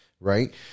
right